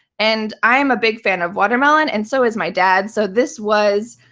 and i'm a big fan of watermelon, and so is my dad. so this was